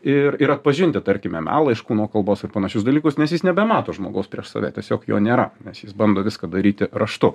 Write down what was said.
ir ir atpažinti tarkime melą iš kūno kalbos ir panašius dalykus nes jis nebemato žmogaus prieš save tiesiog jo nėra nes jis bando viską daryti raštu